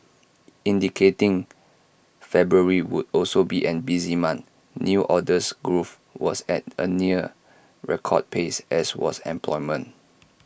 indicating February would also be an busy month new orders growth was at A near record pace as was employment